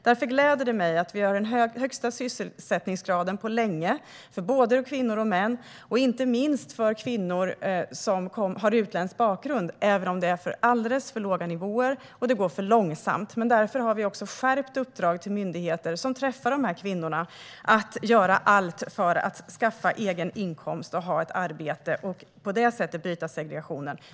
Det gläder mig därför att vi har den högsta sysselsättningsgraden på länge för både kvinnor och män, inte minst kvinnor som har utländsk bakgrund, även om det är alldeles för låga nivåer och det går för långsamt. Vi har därför skärpt uppdragen till myndigheter som träffar dessa kvinnor för att de ska göra allt för att skaffa en egen inkomst och ha ett arbete och på det sättet bryta segregationen.